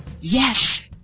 Yes